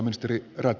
olkaa hyvä